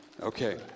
Okay